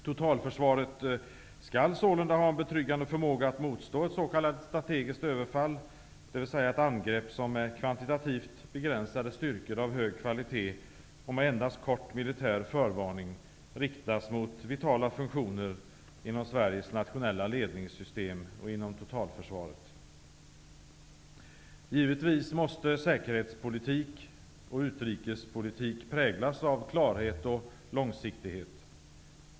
Totalförsvaret skall sålunda ha en betryggande förmåga att motstå ett s.k. strategiskt överfall, dvs. ett angrepp som med kvantitativt begränsade styrkor av hög kvalitet och med endast kort militär förvarning riktas mot vitala funktioner inom Sveriges nationella ledningssystem och inom totalförsvaret. Givetvis måste säkerhetspolitik och utrikespolitik präglas av klarhet och långsiktighet.